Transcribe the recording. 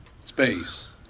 space